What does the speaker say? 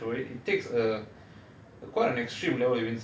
he was didn't really have an idea but he was just out to search or it takes a